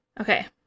Okay